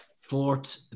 Fourth